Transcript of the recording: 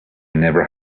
never